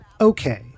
Okay